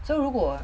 so 如果